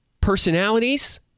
personalities